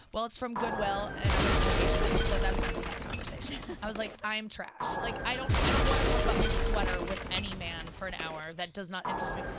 well it's from goodwill, and originally h and m so that's the end of that conversation. i was like, i'm trash. like i don't i don't want to talk about my sweater with any man for an hour. that does not interest me.